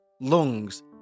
lungs